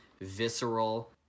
visceral